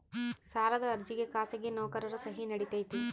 ಸಾಲದ ಅರ್ಜಿಗೆ ಖಾಸಗಿ ನೌಕರರ ಸಹಿ ನಡಿತೈತಿ?